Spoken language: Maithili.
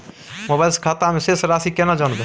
मोबाइल से खाता में शेस राशि केना जानबे?